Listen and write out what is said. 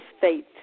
faith